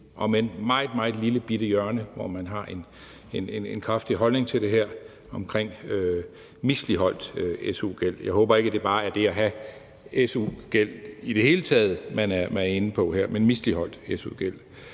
omend meget, meget lillebitte hjørne, hvor man har en kraftig holdning til det her omkring misligholdt su-gæld. Jeg håber ikke, at det bare er det at have su-gæld i det hele taget, man er inde på her, men misligholdt su-gæld.